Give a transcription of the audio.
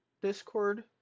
Discord